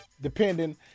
depending